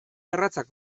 garratzak